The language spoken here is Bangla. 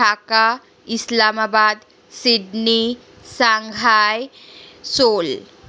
Dhaka Islamabad Sydney Shanghai